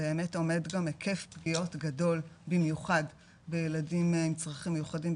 באמת עומד גם היקף פגיעות גדול במיוחד בילדים עם צרכים מיוחדים,